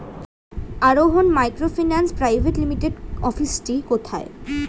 আরোহন microfinance private লিমিটেডের অফিসটি কোথায়?